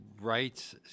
rights